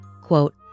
quote